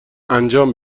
انجام